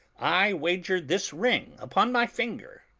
i wager this ring upon my finger,